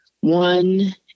one